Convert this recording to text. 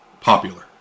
popular